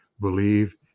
believe